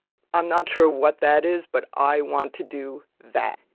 i'm not sure what that is, but i want to do that.